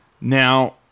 Now